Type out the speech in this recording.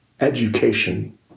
education